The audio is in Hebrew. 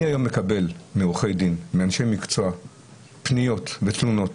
אני היום מקבל מעורכי דין ואנשי מקצוע פניות ותלונות